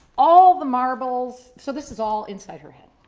all the marbles. so this is all inside her head.